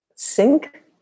Sink